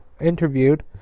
interviewed